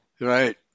Right